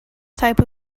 type